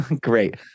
Great